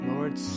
Lord